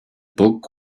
book